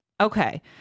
okay